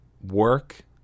work